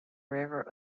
river